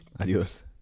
Adios